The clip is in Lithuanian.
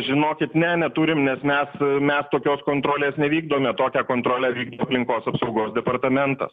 žinokit ne neturim nes mes mes tokios kontrolės nevykdome tokią kontrolę vykdo aplinkos apsaugos departamentas